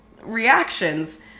reactions